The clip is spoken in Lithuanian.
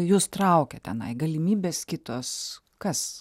jus traukia tenai galimybės kitos kas